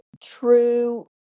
true